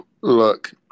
Look